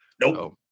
nope